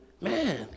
Man